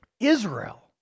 Israel